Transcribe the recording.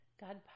God